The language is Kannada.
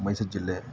ಮೈಸೂರು ಜಿಲ್ಲೆ